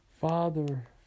Father